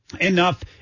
enough